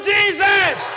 Jesus